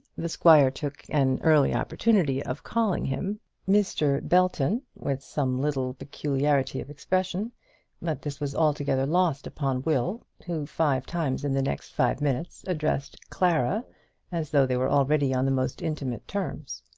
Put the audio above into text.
the squire took an early opportunity of calling him mr. belton with some little peculiarity of expression but this was altogether lost upon will, who five times in the next five minutes addressed clara as though they were already on the most intimate terms.